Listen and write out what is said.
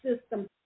system